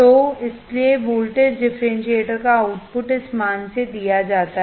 तो इसलिए voltage differentiator का आउटपुट इस मान से दिया जाता है